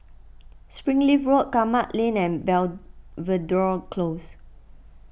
Springleaf Road Kramat Lane and Belvedere Close